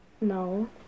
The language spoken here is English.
No